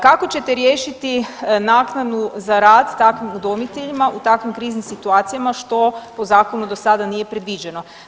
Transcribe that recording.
Kako ćete riješiti naknadu za rad takvim udomiteljima u takvim kriznim situacijama što po zakonu do sada nije predviđeno.